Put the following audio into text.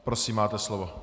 Prosím, máte slovo.